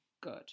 good